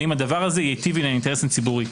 והאם הדבר ייטיב עם האינטרס הציבורי.